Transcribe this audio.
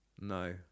No